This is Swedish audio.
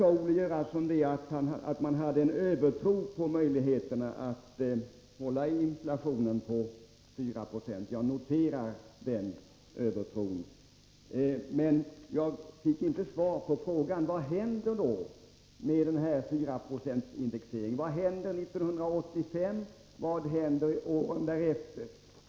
Olle Göransson sade att man hade en övertro på möjligheterna att hålla inflationen nere på 4 26. Jag noterar den övertron. Men jag fick inte svar på frågan vad som händer med fyraprocentsindexeringen. Vad händer 1985 och vad händer åren därefter?